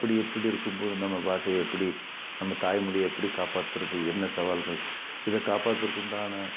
அப்படி இப்படி இருக்கும்போது நம்ம பாஷையை எப்படி நம்ம தாய்மொழிய எப்படி காப்பாற்றுறது என்ன சவால்கள் இதை காப்பாற்றுறதுக்கு உண்டான